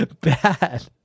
bad